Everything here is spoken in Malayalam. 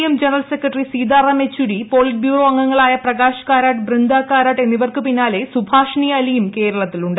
M general secretary Sitaram Yechury polit bureau അംഗങ്ങളായ പ്രകാശ് കാരാട്ട് ബൃന്ദാ കാരാട്ട് എന്നിവർക്ക് പിന്നാലെ സുഭാഷിണി അലിയും കേരളത്തിലുണ്ട്